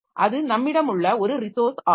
அது நம்மிடம் உள்ள ஒரு ரிசோர்ஸ் ஆகும்